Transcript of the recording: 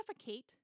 suffocate